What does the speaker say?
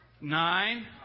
nine